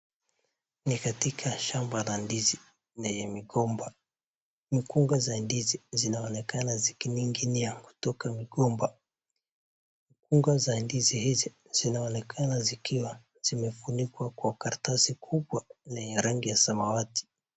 Ni katika shamba la ndizi lenye migomba. Mikunga za ndizi zinaonekana zikining'inia kutoka kwa migomba. Mikunga za ndizi hizi zinaonekana zikiwa zimefunikwa kwa karatasi kubwa yenye rangi ya samawati.